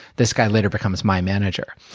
this guy later becomes my manager.